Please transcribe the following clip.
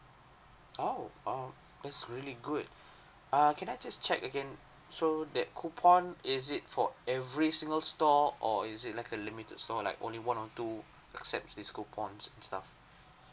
oh that's really good err can I just check again so that coupon is it for every single store or is it like a limited store like only one or two accepts this coupons and stuff